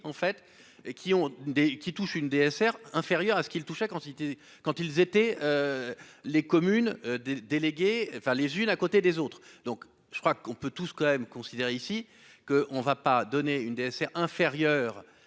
qui touchent une DSR inférieur à ce qu'il touche la quantité quand ils étaient les communes des délégués enfin les unes à côté des autres, donc je crois qu'on peut tous se quand même considérer ici que on ne va pas donner une DS est inférieur